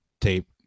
tape